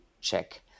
check